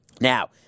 Now